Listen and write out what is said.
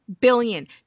billion